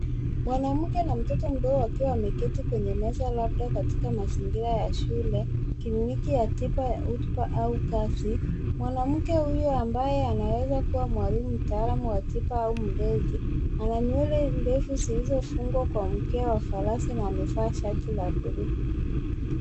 Mwanamke na mtoto mdogo wakiwa wameketi kwenye meza labda katika mazingira ya shule au kazi mwanamke huyu ambaye anaweza kua mwalimu mtaalamu wa tiba au mlezi ananywele ndefu zilizofungwa kwa mkia wa farasi na amevaa shati la buluu.